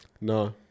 No